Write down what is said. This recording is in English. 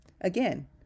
again